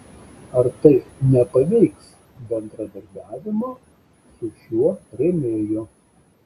ar tai nepaveiks bendradarbiavimo su šiuo rėmėju